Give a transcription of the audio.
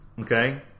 Okay